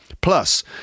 Plus